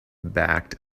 backed